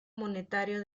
monetario